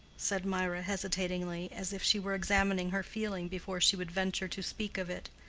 said mirah, hesitatingly, as if she were examining her feeling before she would venture to speak of it.